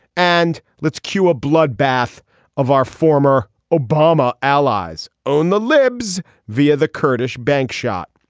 and let's cue a blood bath of our former obama allies own the libs via the kurdish bank shot